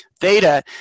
Theta